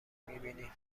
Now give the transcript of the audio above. میبینی